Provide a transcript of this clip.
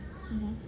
mmhmm